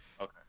Okay